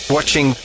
Watching